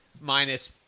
minus